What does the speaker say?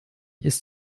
ist